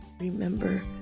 Remember